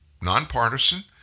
nonpartisan